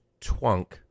twunk